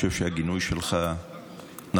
אני חושב שהגינוי שלך נכון.